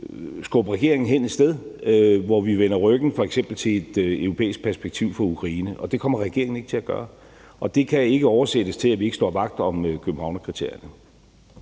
skubbe regeringen hen et sted, hvor vi f.eks. vender ryggen til et europæisk perspektiv for Ukraine, og det kommer regeringen ikke til at gøre. Det kan ikke oversættes til, at vi ikke står vagt om Københavnskriterierne.